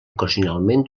ocasionalment